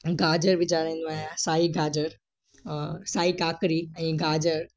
गाजर विझाए रहंदो आहियां साई गाजर और साई काकरी ऐं गाजर